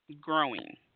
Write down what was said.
growing